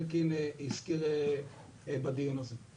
שאלקין הזכיר בדיון הזה.